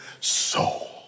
soul